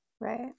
right